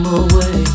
away